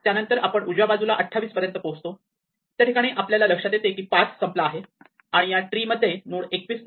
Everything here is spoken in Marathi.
त्यानंतर आपण उजव्या बाजूला 28 पर्यंत पोहोचतो त्याठिकाणी आपल्या लक्षात येते की पाथ संपला आहे आणि या ट्री मध्ये नोड 21 नाही